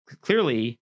clearly